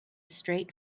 straight